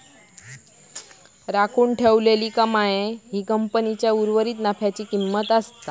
राखून ठेवलेली कमाई ही कंपनीच्या उर्वरीत नफ्याची किंमत असता